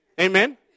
amen